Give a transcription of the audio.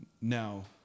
now